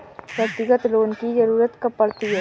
व्यक्तिगत लोन की ज़रूरत कब पड़ती है?